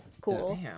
cool